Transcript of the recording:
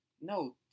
No